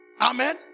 Amen